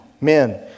Men